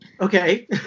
Okay